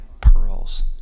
pearls